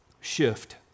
Shift